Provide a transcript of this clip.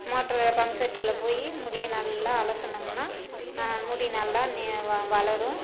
motor pump செட்டில் போய் முடியை நல்லா அலசினோம்னா முடி நல்லா நீ வ வளரும்